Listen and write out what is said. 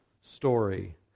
story